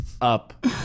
Up